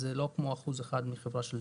אז זה לא כמו 1% מחברה של